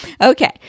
Okay